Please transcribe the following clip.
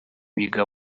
biga